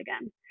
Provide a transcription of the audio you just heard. again